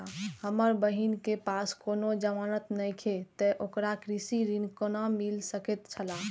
हमर बहिन के पास कोनो जमानत नेखे ते ओकरा कृषि ऋण कोना मिल सकेत छला?